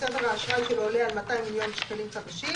אם צבר האשראי שלו עולה על 200 מיליון שקלים חדשים,